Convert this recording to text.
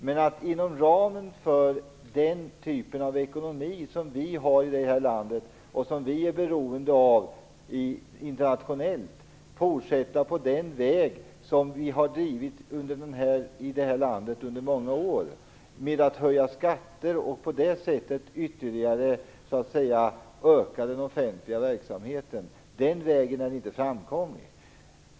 Men att med den typ av ekonomi som vi har i det här landet, och som vi internationellt är beroende av, fortsätta på den väg som vi har följt under många år, att genom höjda skatter ytterligare öka den offentliga verksamheten, är inte framkomligt.